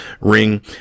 ring